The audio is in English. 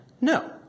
No